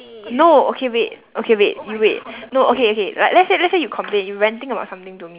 no okay wait okay wait you wait no okay okay like let's say let's say you complain you ranting about something to me